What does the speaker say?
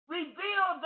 Reveal